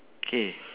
K